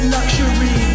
Luxury